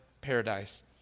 paradise